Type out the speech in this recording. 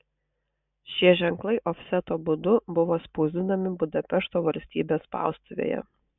šie ženklai ofseto būdu buvo spausdinami budapešto valstybės spaustuvėje